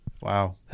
Wow